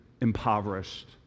impoverished